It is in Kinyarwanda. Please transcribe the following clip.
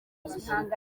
gihe